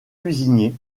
cuisinier